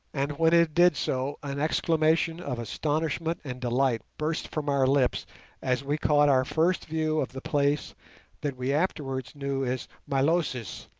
and when it did so an exclamation of astonishment and delight burst from our lips as we caught our first view of the place that we afterwards knew as milosis,